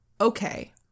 okay